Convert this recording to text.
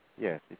Yes